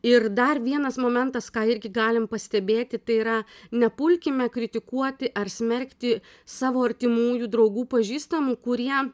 ir dar vienas momentas ką irgi galim pastebėti tai yra nepulkime kritikuoti ar smerkti savo artimųjų draugų pažįstamų kurie